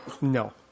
No